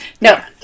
no